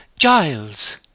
Giles